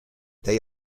they